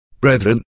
brethren